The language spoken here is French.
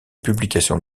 publications